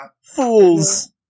Fools